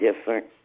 different